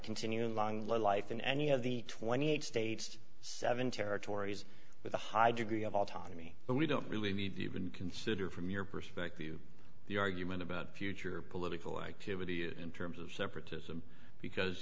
continuing long life in any of the twenty eight states seven territories with a high degree of autonomy but we don't really need to even consider from your perspective the argument about future political activity in terms of separatism because